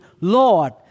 Lord